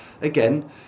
again